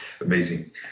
amazing